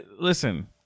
Listen